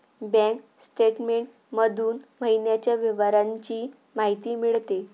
bank statement मधून महिन्याच्या व्यवहारांची माहिती मिळते